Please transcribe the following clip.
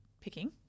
picking